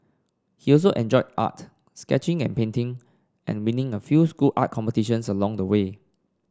he also enjoyed art sketching and painting and winning a few school art competitions along the way